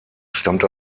stammt